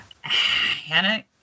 Hannah